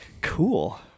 Cool